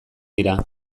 dira